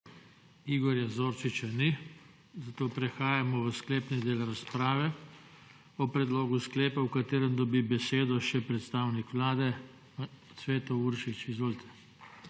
Igorja Zorčiča ni, zato prehajamo v sklepni del razprave. O predlogu sklepa, v katerem dobi besedo še predstavnik Vlade Cveto Uršič. Izvolite.